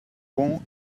want